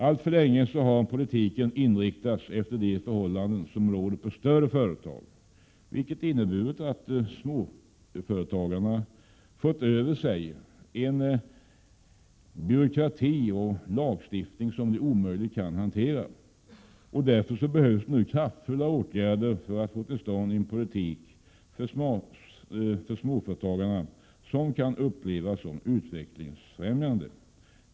Alltför länge har politiken inriktats efter de förhållanden som råder på större företag, vilket har inneburit att småföretagarna ”fått över sig” en byråkrati och lagstiftning som de omöjligt kan hantera. Därför behövs det nu kraftfulla åtgärder för att få till stånd en politik som för småföretagarna kan upplevas som utvecklingsfrämjande.